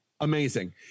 amazing